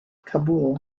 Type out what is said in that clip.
kabul